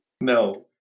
no